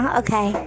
okay